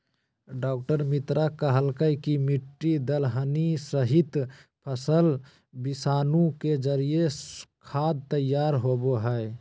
डॉ मित्रा कहलकय कि मिट्टी, दलहनी सहित, फसल विषाणु के जरिए खाद तैयार होबो हइ